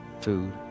Food